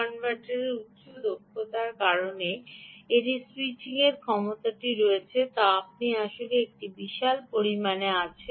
এই ছোট্ট জিনিসটি আমি কীভাবে খুলি এটি হল অনেকগুলি পরিস্থিতি রয়েছে কারণবক কনভার্টারের উচ্চ দক্ষতার কারণে এটি স্যুইচিংয়ের ক্ষমতাটি রয়েছে যা আপনি আসলে একটি বিশাল পরিমাণে আছেন